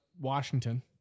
Washington